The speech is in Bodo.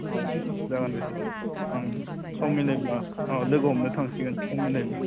अ जागोन दे सार आं सम मिलायोब्ला अ लोगो हमनो थांसिगोन सम मिलायना